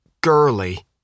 girly